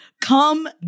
Come